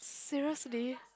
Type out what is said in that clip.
seriously